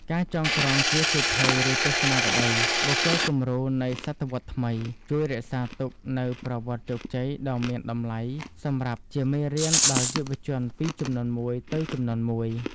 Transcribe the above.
ការចងក្រងជាសៀវភៅ ឬទស្សនាវដ្ដី «បុគ្គលគំរូនៃសតវត្សរ៍ថ្មី» ជួយរក្សាទុកនូវប្រវត្តិជោគជ័យដ៏មានតម្លៃសម្រាប់ជាមេរៀនដល់យុវជនពីជំនាន់មួយទៅជំនាន់មួយ។